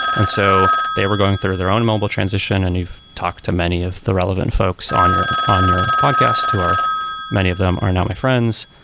and so they were going through their own mobile transition and you've talked to many of the relevant folks on your on your podcast, who many of them are not my friends,